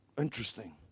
interesting